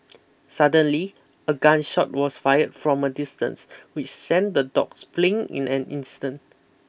suddenly a gun shot was fired from a distance which sent the dogs fleeing in an instant